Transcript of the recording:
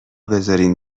بذارین